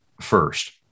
first